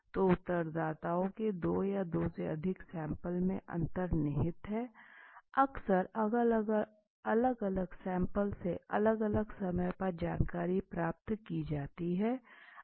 तो उत्तरदाताओं के दो या दो से अधिक सैंपल में अंतर निहित है अक्सर अलग अलग सैम्पल्स से अलग अलग समय पर जानकारी प्राप्त की जा सकती है